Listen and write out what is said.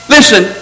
Listen